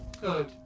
Good